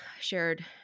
shared